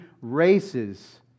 races